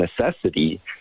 necessity